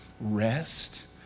rest